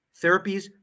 therapies